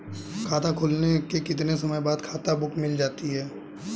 खाता खुलने के कितने समय बाद खाता बुक मिल जाती है?